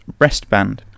breastband